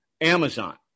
Amazon